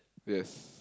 yes